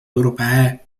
europee